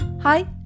Hi